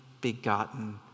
begotten